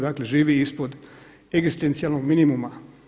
Dakle, živi ispod egzistencijalnog minimuma.